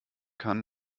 kann